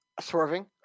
swerving